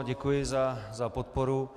Děkuji za podporu.